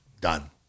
done